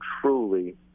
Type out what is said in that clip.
truly